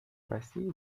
وسیعی